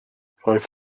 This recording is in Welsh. roedd